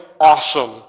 awesome